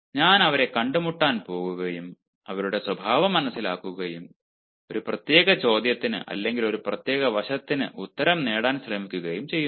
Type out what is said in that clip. ഞാൻ അവരെ കണ്ടുമുട്ടാൻ പോകുകയും അവരുടെ സ്വഭാവം മനസിലാക്കുകയും ഒരു പ്രത്യേക ചോദ്യത്തിന് അല്ലെങ്കിൽ ഒരു പ്രത്യേക വശത്തിന് ഉത്തരം നേടാൻ ശ്രമിക്കുകയും ചെയ്യുന്നു